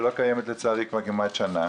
שלא קיימת לצערי כבר כמעט שנה,